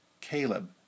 Caleb